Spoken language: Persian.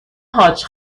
حاج